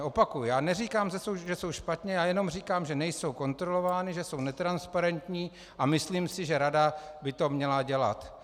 Opakuji, já neříkám, že jsou špatně, já jenom říkám, že nejsou kontrolovány, že jsou netransparentní a myslím si, že rada by to měla dělat.